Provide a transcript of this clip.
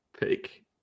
Pick